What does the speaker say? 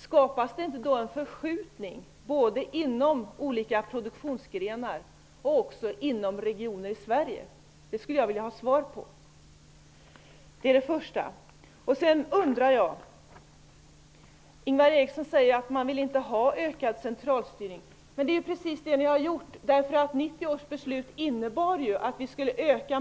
Skapas det inte en förskjutning både inom olika produktionsgrenar och inom olika regioner i Sverige, Ingvar Eriksson, när man ersätter detta bidrag med arealstöd och ett allt högre inlösenpris? Den frågan skulle jag vilja ha svar på. Ingvar Eriksson säger att man inte vill ha en ökad centralstyrning. Det är ju precis det ni har genomfört. 1990 års beslut innebar ju att